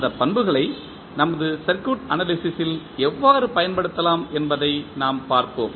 அந்த பண்புகளை நமது சர்க்யூட் அனாலிசிஸ் ல் எவ்வாறு பயன்படுத்தலாம் என்பதை நாம் பார்ப்போம்